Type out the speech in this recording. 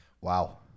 Wow